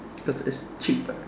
because it's cheaper